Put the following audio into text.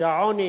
שהעוני